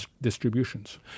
distributions